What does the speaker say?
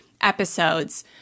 episodes